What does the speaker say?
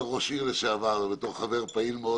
בתור ראש עיר לשעבר ובתור חבר פעיל מאוד